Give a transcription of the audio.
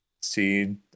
see